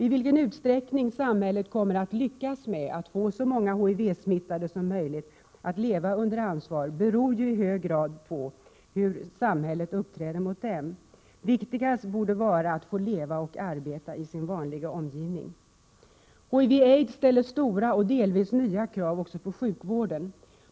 I vilken utsträckning samhället kommer att lyckas med att få så många HIV-smittade som möjligt att leva under ansvar beror i hög grad på hur samhället uppträder mot dem. Det borde vara viktigast att få leva och arbeta i sin vanliga omgivning. HIV och aids ställer stora och delvis nya krav på sjukvården.